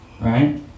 Right